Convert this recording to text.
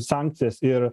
sankcijas ir